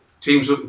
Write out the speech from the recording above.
teams